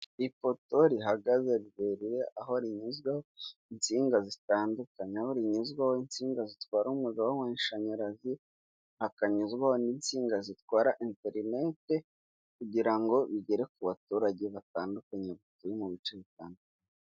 Ipoto rihagaze rirerire aho rivuzweho insinga zitandukanye, aho rinyuzwamo insinga zitwara umwuriro w'amashanyarazi hakanyuzwaho n'insinga zitwara interineti kugira ngo bigere ku baturage batandukanye turi mu bice bitandukanye.